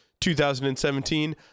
2017